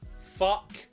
fuck